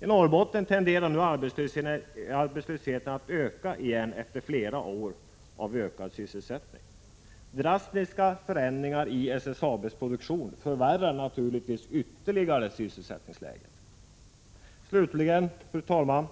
I Norrbotten tenderar nu arbetslösheten att öka igen efter flera år av ökad sysselsättning. Drastiska förändringar i SSAB:s produktion förvärrar naturligtvis ytterligare syssel sättningsläget. | Slutligen, fru talman!